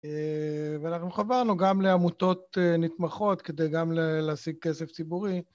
ואנחנו חברנו גם לעמותות נתמכות כדי גם להשיג כסף ציבורי.